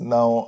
Now